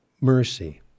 mercy